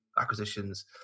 acquisitions